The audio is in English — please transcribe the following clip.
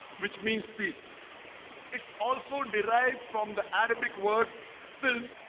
which means peace it's also derived from the arabic word sin,